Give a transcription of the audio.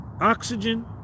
oxygen